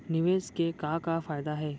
निवेश के का का फयादा हे?